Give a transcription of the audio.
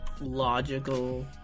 logical